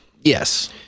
Yes